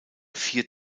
vier